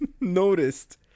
noticed